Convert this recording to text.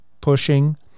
pushing